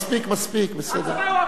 מספיק, מספיק, בסדר.